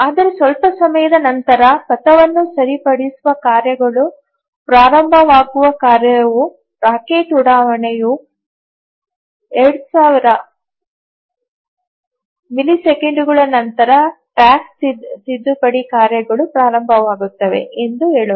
ಆದರೆ ಸ್ವಲ್ಪ ಸಮಯದ ನಂತರ ಪಥವನ್ನು ಸರಿಪಡಿಸುವ ಕಾರ್ಯಗಳು ಪ್ರಾರಂಭವಾಗುವ ಕಾರ್ಯವು ರಾಕೆಟ್ ಉಡಾವಣೆಯ 2000 ಮಿಲಿಸೆಕೆಂಡುಗಳ ನಂತರ ಟ್ರ್ಯಾಕ್ ತಿದ್ದುಪಡಿ ಕಾರ್ಯಗಳು ಪ್ರಾರಂಭವಾಗುತ್ತವೆ ಎಂದು ಹೇಳೋಣ